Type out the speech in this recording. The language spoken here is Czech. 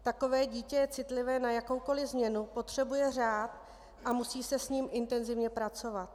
Takové dítě je citlivé na jakoukoliv změnu, potřebuje řád a musí se s ním intenzivně pracovat.